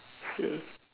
ya